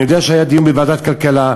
אני יודע שהיה דיון בוועדת הכלכלה,